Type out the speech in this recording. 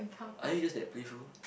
are you just that playful